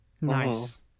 Nice